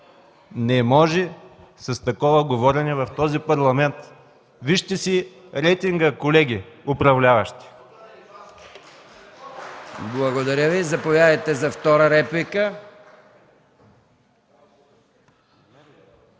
Не може такова говорене в този Парламент! Вижте си рейтинга, колеги управляващи!